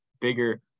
bigger